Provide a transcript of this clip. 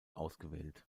ausgewählt